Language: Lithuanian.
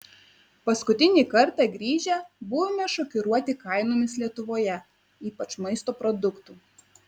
paskutinį kartą grįžę buvome šokiruoti kainomis lietuvoje ypač maisto produktų